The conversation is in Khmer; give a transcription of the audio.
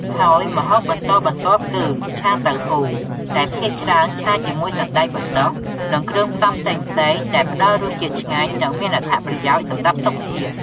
ហើយម្ហូបបន្តបន្ទាប់គឺ “ឆាតៅហ៊ូ” ដែលភាគច្រើនឆាជាមួយសណ្ដែកបណ្ដុះ និងគ្រឿងផ្សំផ្សេងៗ ដែលផ្តល់រសជាតិឆ្ងាញ់ និងមានអត្ថប្រយោជន៍សម្រាប់សុខភាព។